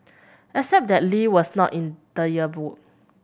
except that Lee was not in the yearbook